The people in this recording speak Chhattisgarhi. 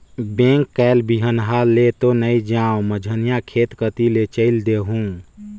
बेंक कायल बिहन्हा ले तो नइ जाओं, मझिन्हा खेत कति ले चयल देहूँ